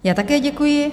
Já také děkuji.